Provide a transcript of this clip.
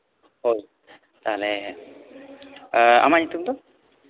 ᱦᱳᱭ ᱛᱟᱦᱚᱞᱮ ᱟᱢᱟᱜ ᱧᱩᱛᱩᱢ ᱫᱚ